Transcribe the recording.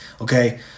okay